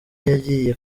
yagiye